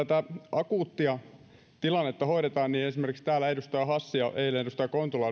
akuuttia tilannetta hoidetaan niin esimerkiksi täällä edustaja hassi ja edustaja kontula